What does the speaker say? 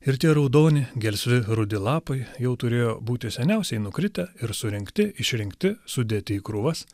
ir tie raudoni gelsvi rudi lapai jau turėjo būti seniausiai nukritę ir surinkti išrinkti sudėti į krūvas